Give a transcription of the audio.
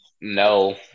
no